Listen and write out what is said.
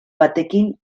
batekin